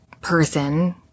person